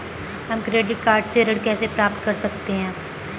हम credit card से ऋण कैसे प्राप्त कर सकते हैं?